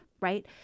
right